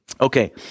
Okay